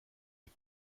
est